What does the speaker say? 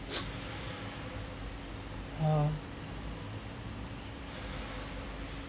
!huh!